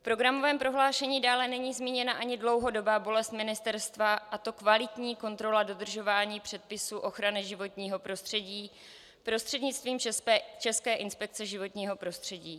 V programovém prohlášení dále není zmíněna ani dlouhodobá bolest ministerstva, a to kvalitní kontrola dodržování předpisů ochrany životního prostředí prostřednictvím České inspekce životního prostředí.